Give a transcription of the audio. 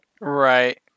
Right